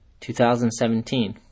2017